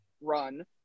run